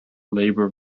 labour